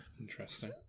Interesting